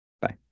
Bye